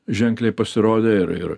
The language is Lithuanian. ženkliai pasirodė ir ir